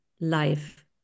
life